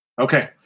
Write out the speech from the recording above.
Okay